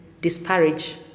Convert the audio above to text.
disparage